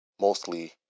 mostly